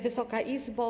Wysoka Izbo!